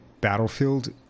Battlefield